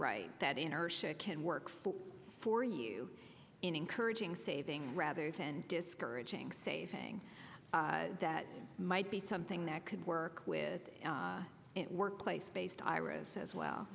right that inertia can work for for you in encouraging saving rather than discouraging saving that might be something that could work with it workplace based iras as well